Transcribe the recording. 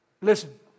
Listen